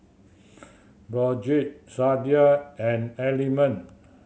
Brotzeit Sadia and Element